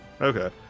Okay